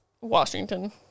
Washington